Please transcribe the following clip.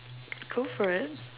go for it